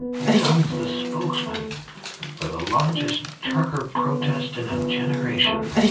becomes the spokesman for the largest trucker protest in a generation.